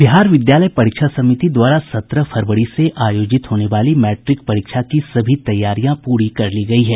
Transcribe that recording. बिहार विद्यालय परीक्षा समिति द्वारा सत्रह फरवरी से आयोजित होने वाली मैट्रिक परीक्षा के लिए सभी तैयारियां पूरी कर ली गयी है